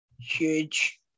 huge